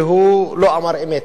והוא לא אמר אמת.